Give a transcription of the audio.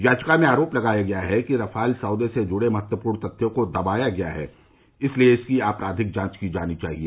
याचिका में आरोप लगाया गया है कि रफाल सौदे से जुड़े महत्वपूर्ण तथ्यों को दबाया गया है इसलिए इसकी आपराधिक जांच की जानी चाहिए